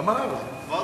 אמרתי,